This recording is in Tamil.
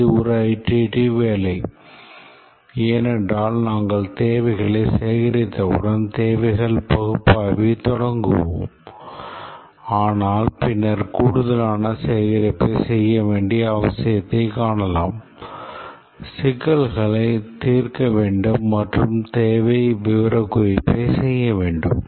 இது ஒரு அயிட்ரேடிவ் வேலை ஏனென்றால் நாங்கள் தேவைகளைச் சேகரித்தவுடன் தேவைகள் பகுப்பாய்வைத் தொடங்குவோம் ஆனால் பின்னர் கூடுதலான சேகரிப்பைச் செய்ய வேண்டிய அவசியத்தைக் காணலாம் சிக்கல்களைத் தீர்க்க வேண்டும் மற்றும் தேவை விவரக்குறிப்பை செய்ய வேண்டும